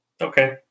Okay